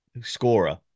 scorer